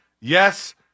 Yes